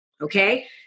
okay